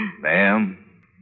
Ma'am